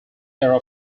era